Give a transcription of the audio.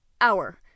Hour